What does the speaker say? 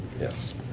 Yes